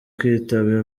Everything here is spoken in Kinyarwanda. kwitaba